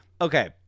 Okay